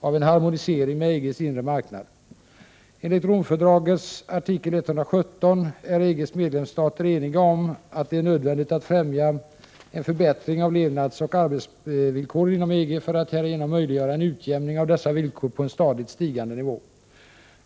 av en harmonisering med EG:s inre marknad. | Enligt Romfördragets artikel 117 är EG:s medlemsstater eniga om att det är nödvändigt att främja en förbättring av levnadsoch arbetsvillkoren inom EG för att härigenom möjliggöra en utjämning av dessa villkor på en stadigt stigande nivå.